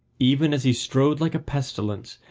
even as he strode like a pestilence,